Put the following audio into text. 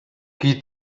qui